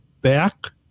back